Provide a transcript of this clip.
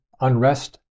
unrest